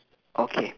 okay